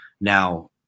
Now